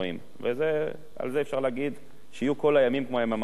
על זה אפשר להגיד: שיהיו כל הימים כמו היממה האחרונה,